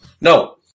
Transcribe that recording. No